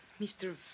Mr